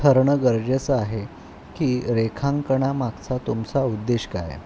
ठरणं गरजेचं आहे की रेखांकनामागचा तुमचा उद्देश काय आहे